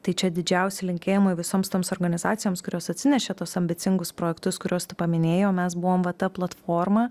tai čia didžiausi linkėjimai visoms toms organizacijoms kurios atsinešė tuos ambicingus projektus kuriuos tu paminėjai o mes buvom va ta platforma